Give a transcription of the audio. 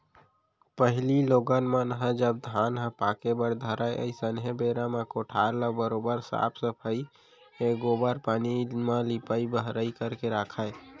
पहिली लोगन मन ह जब धान ह पाके बर धरय अइसनहे बेरा म कोठार ल बरोबर साफ सफई ए गोबर पानी म लिपाई बहराई करके राखयँ